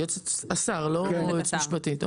לא יועצת משפטית.